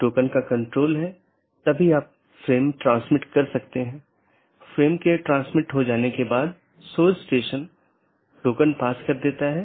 एक अन्य संदेश सूचना है यह संदेश भेजा जाता है जब कोई त्रुटि होती है जिससे त्रुटि का पता लगाया जाता है